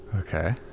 Okay